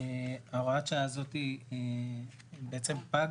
הוראת השעה הזאת פגה,